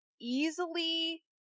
easily